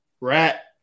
Rat